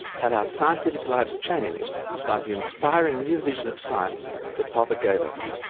had our scientific lives changed by the inspiring new vision of science that popper gave us.